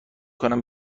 کنم